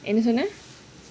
என்ன சொன்ன:enna sonna